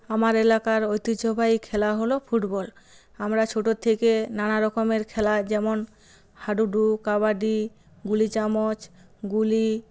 আমার এলাকার ঐতিহ্যবাহী খেলা হল ফুটবল আমরা ছোটোর থেকে নানা রকমের খেলা যেমন হাডুডু কাবাডি গুলি চামচ গুলি